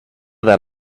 that